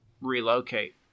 relocate